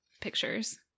pictures